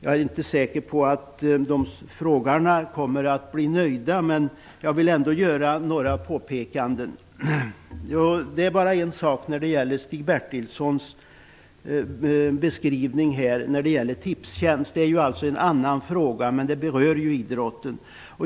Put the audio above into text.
Jag är inte säker på att frågeställarna kommer att bli nöjda, men jag vill ändå göra några påpekanden. När det gäller Stig Bertilssons beskrivning av Tipstjänst är det en annan fråga, men den berör ju idrotten.